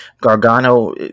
Gargano